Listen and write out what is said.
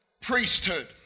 priesthood